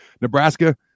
Nebraska